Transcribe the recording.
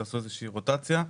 תעשו איזושהי רוטציה.